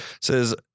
says